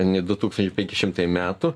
nei du tūkstančiai penki šimtai metų